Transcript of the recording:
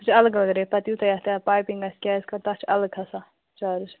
سُہ چھُ الگ الگ ریٹ پتہٕ یوٗتاہ یَتھ پایپِنٛگ آسہِ کیٚنٛہہ آسہِ تتھ چھُ الگ کھسان چارٕج